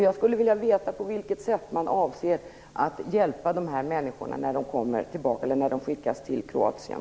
Jag skulle vilja veta på vilket sätt man avser att hjälpa dessa människor när de skickas till Kroatien.